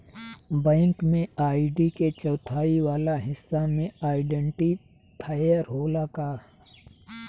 Bank में ID के चौथाई वाला हिस्सा में आइडेंटिफैएर होला का?